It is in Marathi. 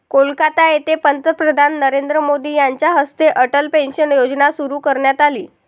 कोलकाता येथे पंतप्रधान नरेंद्र मोदी यांच्या हस्ते अटल पेन्शन योजना सुरू करण्यात आली